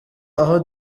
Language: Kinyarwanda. aho